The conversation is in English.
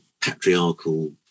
patriarchal